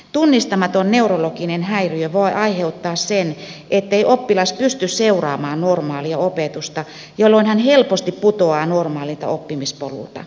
tunnistamaton neurologinen häiriö voi aiheuttaa sen ettei oppilas pysty seuraamaan normaalia opetusta jolloin hän helposti putoaa normaalilta oppimispolulta